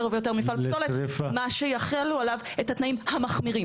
ויותר מפעל פסולות מה שיחלו עליו את התנאים המחמירים,